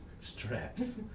straps